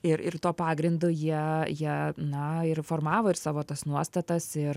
ir ir tuo pagrindu jie jie na ir formavo ir savo tas nuostatas ir